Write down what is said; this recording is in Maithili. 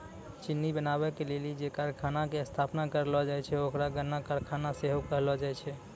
चिन्नी बनाबै के लेली जे कारखाना के स्थापना करलो जाय छै ओकरा गन्ना कारखाना सेहो कहलो जाय छै